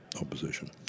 opposition